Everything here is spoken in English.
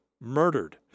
murdered